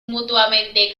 mutuamente